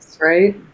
Right